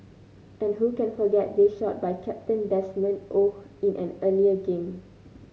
and who can forget this shot by captain Desmond Oh in an earlier game